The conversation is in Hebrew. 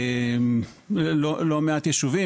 לא מעט יישובים,